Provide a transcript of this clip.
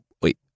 wait